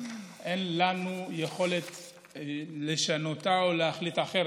אבל אני רוצה להבין, רמת האיום עלתה?